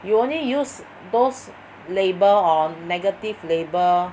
you only use both label or negative label